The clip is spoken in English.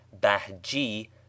bahji